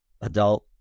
Adult